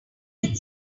get